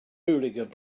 hooligan